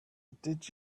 did